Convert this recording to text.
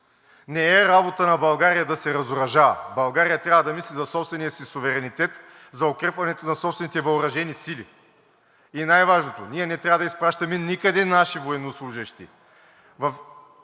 Не е работа на България да се разоръжава. България трябва да мисли за собствения си суверенитет, за укрепването на собствените въоръжени сили. И най-важното, ние не трябва да изпращаме никъде наши военнослужещи